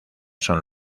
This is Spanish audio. son